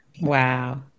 Wow